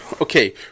okay